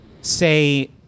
say